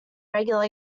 regular